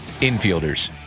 Infielders